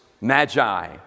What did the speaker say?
magi